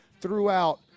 throughout